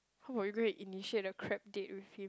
who will go and initiate the crap date with him